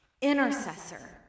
intercessor